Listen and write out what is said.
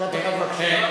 משפט אחד, בבקשה.